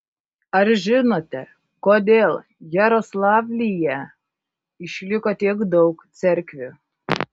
ar žinote kodėl jaroslavlyje išliko tiek daug cerkvių